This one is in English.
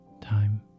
time